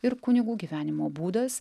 ir kunigų gyvenimo būdas